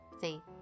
See